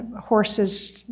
horses